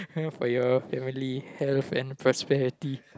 health for your family health and prosperity